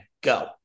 go